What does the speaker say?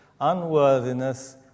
unworthiness